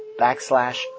backslash